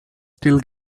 still